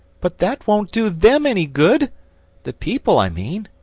but that won't do them any good the people, i mean,